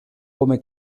come